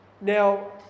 Now